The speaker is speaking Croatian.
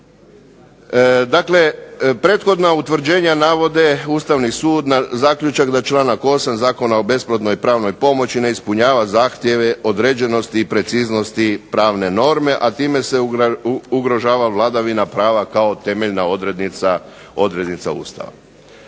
Dakle, prethodna utvrđenja navode Ustavni sud na zaključak da članak 8. Zakona o besplatnoj pravnoj pomoći ne ispunjava zahtjeve određenosti i preciznosti pravne norme, a time se ugrožava vladavina prava kao temeljna odrednica Ustava.